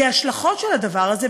כי ההשלכות של הדבר הזה,